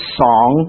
song